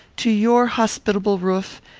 to your hospitable roof,